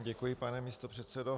Děkuji, pane místopředsedo.